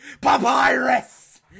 Papyrus